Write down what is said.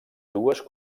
dues